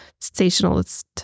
sensationalist